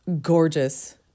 gorgeous